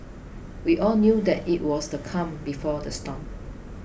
we all knew that it was the calm before the storm